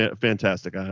fantastic